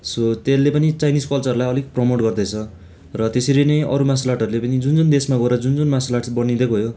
so त्यसले पनि Chinese कल्चरलाई अलिक प्रमोट गर्दैछ र त्यसरी नै अरू मार्सल आर्टहरूले पनि जुन जुन देशमा गएर जुन जुन मार्सल आर्ट बनिँदै गयो